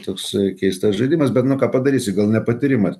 toksai keistas žaidimas bet nu ką padarysi gal nepatyrimas